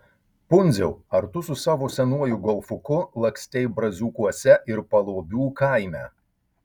pundziau ar tu su savo senuoju golfuku lakstei braziūkuose ir paluobių kaime